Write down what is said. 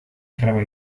traba